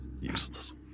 Useless